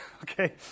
okay